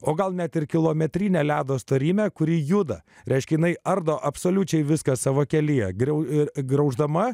o gal net ir kilometrinę ledo storymę kuri juda reiškia jinai ardo absoliučiai viską savo kelyje grau e grauždama